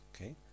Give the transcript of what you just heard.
Okay